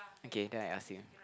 okay then I ask you